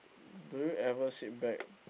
do you ever sit back